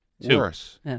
Worse